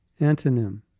Antonym